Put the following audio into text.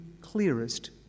clearest